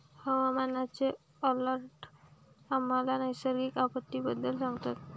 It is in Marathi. हवामानाचे अलर्ट आम्हाला नैसर्गिक आपत्तींबद्दल सांगतात